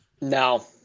no